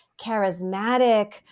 charismatic